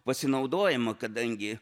pasinaudojama kadangi